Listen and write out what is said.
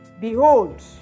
behold